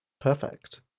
Perfect